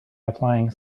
applying